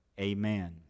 amen